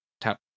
tap